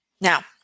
Now